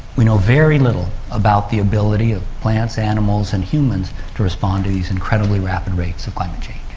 we know very little about the ability of plants, animals and humans to respond to these incredibly rapid rates of climate change.